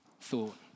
thought